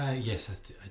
Yes